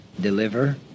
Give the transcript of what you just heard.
deliver